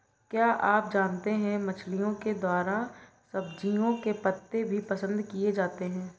क्या आप जानते है मछलिओं के द्वारा सब्जियों के पत्ते भी पसंद किए जाते है